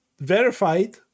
verified